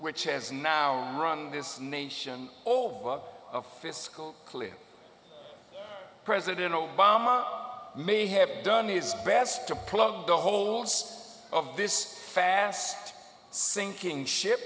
which has now run this nation over a fiscal cliff president obama may have done his best to plug the holes of this fast sinking ship